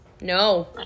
No